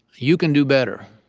you can do better.